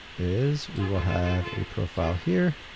is we will have a profile here